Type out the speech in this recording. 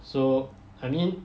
so I mean